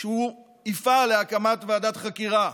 שהוא יפעל להקמת ועדת חקירה,